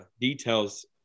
details